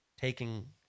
taking